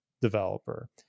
developer